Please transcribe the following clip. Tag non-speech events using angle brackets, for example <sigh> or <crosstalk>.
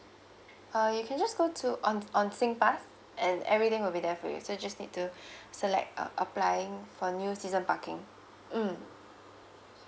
uh you can just go to on on singpass and everything will be there for you so you just need to select <breath> uh applying for a new season parking mm